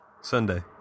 Sunday